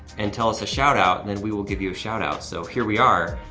and tell us a shout-out, then we will give you a shout-out. so here we are,